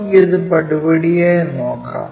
നമുക്ക് ഇത് പടിപടിയായി നോക്കാം